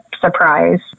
surprise